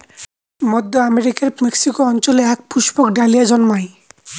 মধ্য আমেরিকার মেক্সিকো অঞ্চলে এক পুষ্পক ডালিয়া জন্মায়